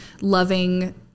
loving